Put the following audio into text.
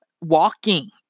walking